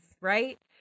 right